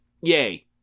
Yay